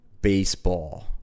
baseball